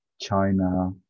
China